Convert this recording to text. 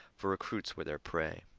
for recruits were their prey.